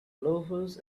loafers